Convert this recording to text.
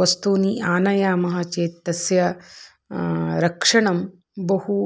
वस्तूनि आनयामः चेत् तस्य रक्षणं बहु